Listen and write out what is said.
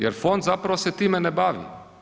Jer fond zapravo se time ne bavi.